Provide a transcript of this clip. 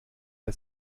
der